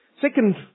Second